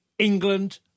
England